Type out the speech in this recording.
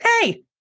Hey